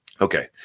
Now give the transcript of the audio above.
Okay